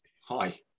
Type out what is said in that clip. Hi